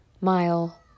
mile